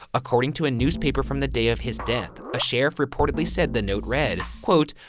according to a newspaper from the day of his death, a sheriff reportedly said the note read, quote,